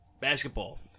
Basketball